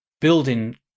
building